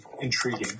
intriguing